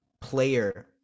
player